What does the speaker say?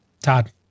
Todd